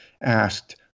asked